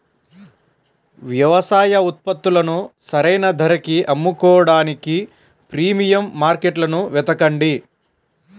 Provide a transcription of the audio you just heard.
వ్యవసాయ ఉత్పత్తులను సరైన ధరకి అమ్ముకోడానికి ప్రీమియం మార్కెట్లను వెతకండి